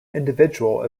individual